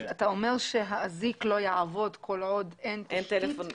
אתה אומר שהאזיק לא יעבוד כל עוד אין טלפון נייח?